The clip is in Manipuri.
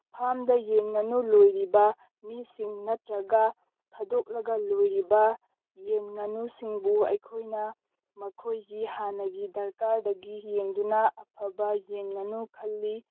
ꯐꯥꯝꯗ ꯌꯦꯟ ꯉꯥꯅꯨ ꯂꯣꯏꯔꯤꯕ ꯃꯤꯁꯤꯡ ꯅꯠꯇ꯭ꯔꯒ ꯊꯥꯗꯣꯛꯂꯒ ꯂꯣꯏꯔꯤꯕ ꯌꯦꯟ ꯉꯥꯅꯨꯁꯤꯡꯕꯨ ꯑꯩꯈꯣꯏꯅ ꯃꯈꯣꯏꯒꯤ ꯍꯥꯟꯅꯒꯤ ꯗ꯭ꯔꯀꯥꯔꯗꯒꯤ ꯌꯦꯡꯗꯨꯅ ꯑꯐꯕ ꯌꯦꯟ ꯉꯥꯅꯨ ꯈꯜꯂꯤ